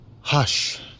Hush